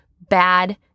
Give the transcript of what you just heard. bad